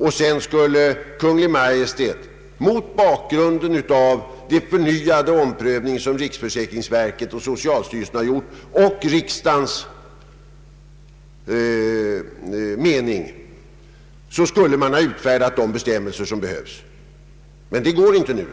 Därefter skulle Kungl. Maj:t mot bakgrunden av den förnyade omprövning som =<riksförsäkringsverket och socialstyrelsen har gjort och efter inhämtande av riksdagens mening ha utfärdat de bestämmelser som behövs, men detta går inte nu.